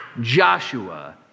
Joshua